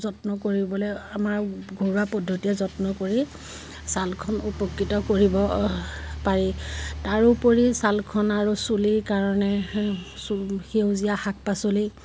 যত্ন কৰিবলৈ আমাৰ ঘৰুৱা পদ্ধতিৰে যত্ন কৰি ছালখন উপকৃত কৰিব পাৰি তাৰোপৰি ছালখন আৰু চুলিৰ কাৰণে সেউজীয়া শাক পাচলি